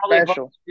special